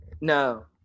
no